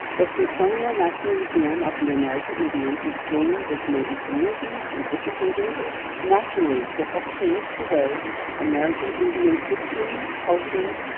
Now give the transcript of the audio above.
the smithsonian national museum of the american indian is joining with native communities and educators nationally to help change the way american indian histories, cultures,